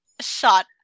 shot